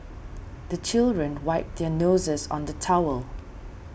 the children wipe their noses on the towel